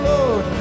Lord